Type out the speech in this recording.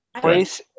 place